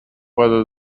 whether